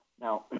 Now